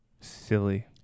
silly